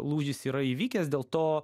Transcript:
lūžis yra įvykęs dėl to